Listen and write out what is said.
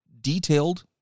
detailed